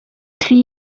three